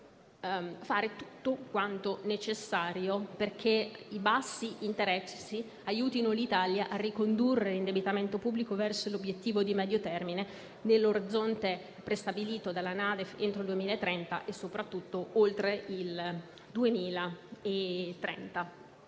fare tutto il necessario affinché i bassi interessi aiutino l'Italia a ricondurre l'indebitamento pubblico verso un obiettivo di medio termine, nell'orizzonte prestabilito dalla NADEF entro il 2030 e soprattutto oltre il 2030.